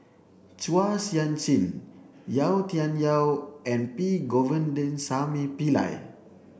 Chua Sian Chin Yau Tian Yau and P Govindasamy Pillai